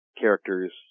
characters